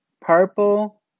Purple